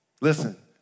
Listen